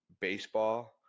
baseball